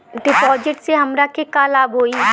डिपाजिटसे हमरा के का लाभ होई?